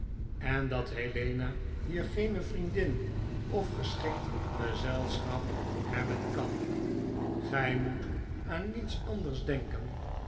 en dat helena hier geene vriendin of geschikt gezelschap hebben kan gry moet aan niets anders denken